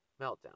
meltdown